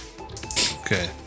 Okay